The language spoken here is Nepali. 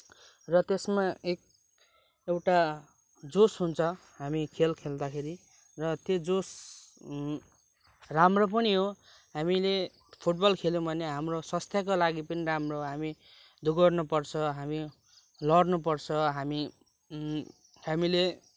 र त्यसमा एक एउटा जोस् हुन्छ हामी खेल खेल्दाखेरि र त्यो जोस् राम्रो पनि हो हामीले फुटबल खेल्यौँ भने हाम्रो स्वास्थ्यको लागि पनि राम्रो हो हामी दगुर्नुपर्छ हामी लड्नुपर्छ हामी हामीले